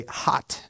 hot